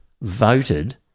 voted